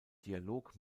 dialog